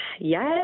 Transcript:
Yes